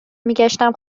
میگشتم